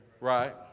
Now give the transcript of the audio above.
right